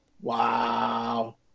Wow